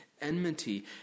Enmity